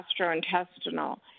gastrointestinal